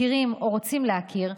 מכירים או רוצים להכיר,